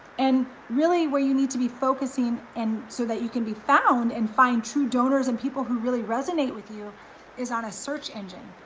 and really where you need to be focusing and so that you can be found and find true donors and people who really resonate with you is on a search engine.